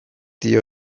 dira